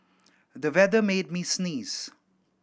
the weather made me sneeze